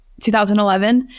2011